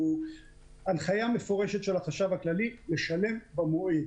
הנחיה מפורשת של החשב הכללי היא לשלם במועד,